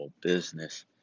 business